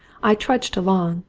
i trudged along,